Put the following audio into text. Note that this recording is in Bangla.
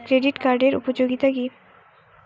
ক্রেডিট কার্ডের উপযোগিতা কি?